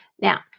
Now